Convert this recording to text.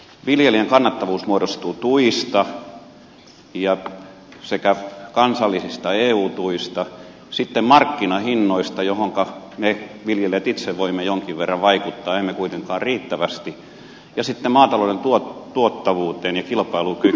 viljelijän kannattavuus muodostuu tuista kansallisista eu tuista sitten markkinahinnoista joihinka me viljelijät itse voimme jonkin verran vaikuttaa emme kuitenkaan riittävästi ja sitten maatalouden tuottavuudesta ja kilpailukyvystä